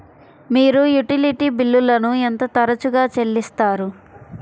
మీరు యుటిలిటీ బిల్లులను ఎంత తరచుగా చెల్లిస్తారు?